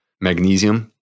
Magnesium